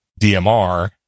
DMR